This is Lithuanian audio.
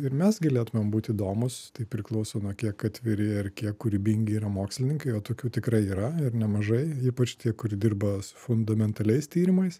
ir mes galėtumėm būti įdomūs tai priklauso nuo kiek atviri ar kiek kūrybingi yra mokslininkai o tokių tikrai yra ir nemažai ypač tie kur dirba su fundamentaliais tyrimais